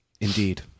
Indeed